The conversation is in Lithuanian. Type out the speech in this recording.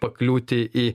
pakliūti į